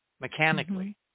mechanically